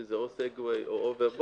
שזה או סאגווי או הוברבורד.